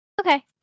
Okay